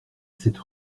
cette